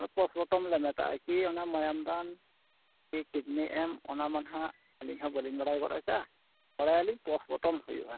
postmortem ᱞᱮ ᱢᱮᱛᱟᱜᱼᱟ ᱠᱤ ᱚᱱᱟ ᱢᱟᱭᱟᱢ ᱫᱟᱱ ᱠᱤᱰᱱᱤ ᱮᱢ ᱚᱱᱟᱢᱟ ᱱᱟᱦᱟᱜ ᱟᱹᱞᱤᱧ ᱦᱚᱸ ᱵᱟᱹᱞᱤᱧ ᱵᱟᱲᱟᱭ ᱜᱚᱫ ᱠᱟᱜᱼᱟ ᱵᱟᱲᱟᱭᱟᱞᱤᱧ ᱯᱳᱥᱴᱢᱚᱨᱴᱮᱢ ᱦᱩᱭᱩᱜᱼᱟ